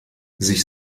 sich